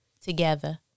together